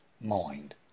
mind